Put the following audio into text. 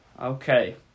Okay